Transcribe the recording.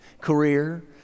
career